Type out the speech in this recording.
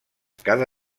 cada